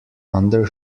under